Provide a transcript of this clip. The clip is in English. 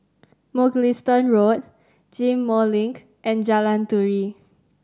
Mugliston Road Ghim Moh Link and Jalan Turi